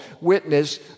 witness